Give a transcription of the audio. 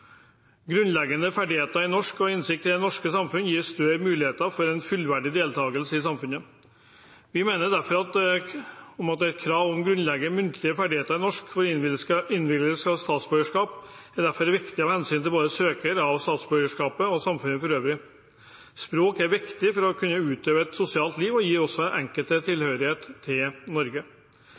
Grunnleggende ferdigheter i norsk og innsikt i det norske samfunnet gir større muligheter for en fullverdig deltakelse i samfunnet. Vi mener derfor at krav om grunnleggende muntlige ferdigheter i norsk for innvilgelse av statsborgerskap er viktig av hensyn til både søkeren av statsborgerskap og samfunnet for øvrig. Språk er viktig for å kunne utøve et sosialt liv og gir også den enkelte tilhørighet til Norge.